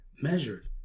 measured